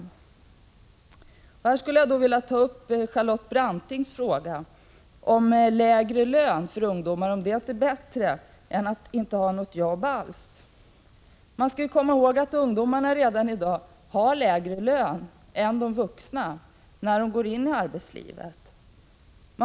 I det sammanhanget skulle jag vilja ta upp Charlotte Brantings fråga, om det inte är bättre att ge ungdomarna arbete till lägre lön än att låta dem gå utan något jobb alls. Man skall komma ihåg att ungdomarna redan i dag har lägre lön än de vuxna när de går in i arbetslivet.